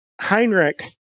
Heinrich